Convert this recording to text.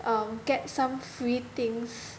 um get some free things